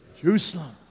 Jerusalem